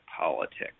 politics